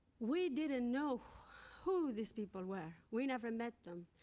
we didn't know who these people were. we never met them.